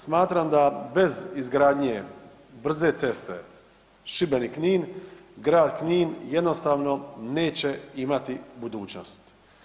Smatram da bez izgradnje brze ceste Šibenik-Knin, grad Knin jednostavno neće imati budućnost.